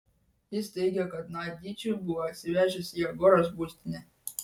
jis teigė kad naidičių buvo atsivežęs į agoros būstinę